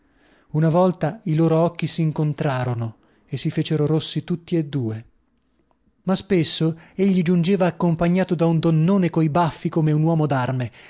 una volta i loro occhi sincontrarono e si fecero rossi tutti e due ma spesso egli giungeva accompagnato da un donnone coi baffi come un uomo darme